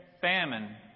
famine